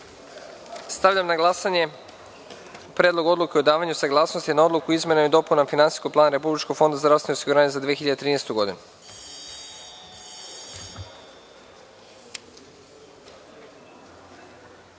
godinu. Stavljam na glasanje Predlog odluke o davanju saglasnosti na Odluku o izmenama i dopunama Finansijskog plana Republičkog fonda za zdravstveno osiguranje za 2013. godinu. Molim